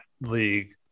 league